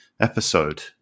episode